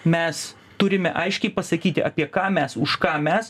mes turime aiškiai pasakyti apie ką mes už ką mes